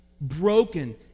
broken